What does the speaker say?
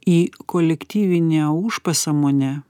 į kolektyvinę užpasąmonę